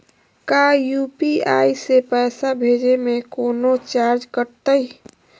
का यू.पी.आई से पैसा भेजे में कौनो चार्ज कटतई?